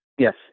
Yes